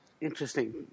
Interesting